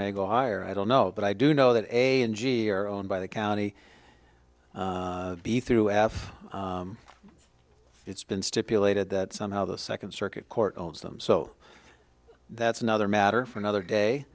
a go hire i don't know but i do know that a and g are owned by the county b through f it's been stipulated that somehow the second circuit court of them so that's another matter for another day